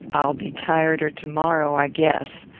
i'll be tireder to-morrow, i guess.